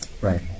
Right